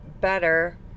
better